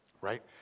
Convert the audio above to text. right